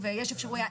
לא ברמה שצריך להיות.